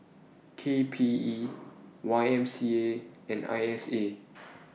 K P E Y M C A and I S A